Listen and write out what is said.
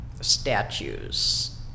statues